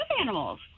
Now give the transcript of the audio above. animals